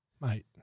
Mate